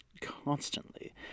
Constantly